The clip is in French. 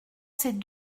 ces